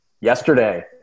yesterday